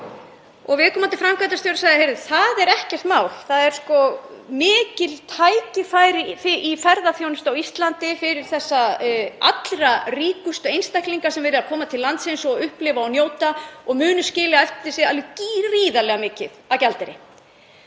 Viðkomandi framkvæmdastjóri sagði: Heyrðu, það er ekkert mál. Það eru mikil tækifæri í ferðaþjónustu á Íslandi fyrir þessa allra ríkustu einstaklinga sem vilja koma til landsins og upplifa og njóta og munu skilja eftir sig alveg gríðarlega mikið af gjaldeyri.